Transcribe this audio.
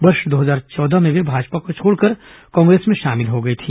वर्ष दो हजार चौदह में वे भाजपा को छोड़कर कांग्रेस में शामिल हो गई थी